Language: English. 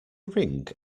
ring